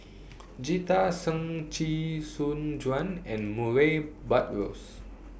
Jita Singh Chee Soon Juan and Murray Buttrose